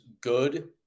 good